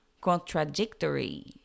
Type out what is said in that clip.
contradictory